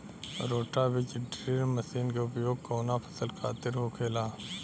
रोटा बिज drill machine के उपयोग कऊना फसल खातिर होखेला?